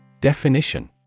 Definition